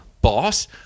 boss